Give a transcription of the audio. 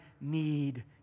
need